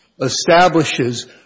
establishes